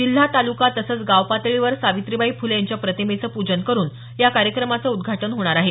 जिल्हा तालुका तसंच गावपातळीवर सावित्रीबाई फुले यांच्या प्रतिमेचं पूजन करून या कार्यक्रमाचं उद्घाटन होणार आहे